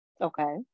okay